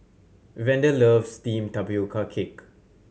Vander loves steamed tapioca cake